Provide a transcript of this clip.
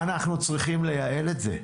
אנחנו צריכים לייעל את זה.